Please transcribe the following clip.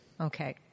Okay